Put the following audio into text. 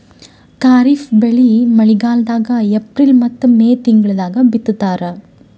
ಖಾರಿಫ್ ಬೆಳಿ ಮಳಿಗಾಲದಾಗ ಏಪ್ರಿಲ್ ಮತ್ತು ಮೇ ತಿಂಗಳಾಗ ಬಿತ್ತತಾರ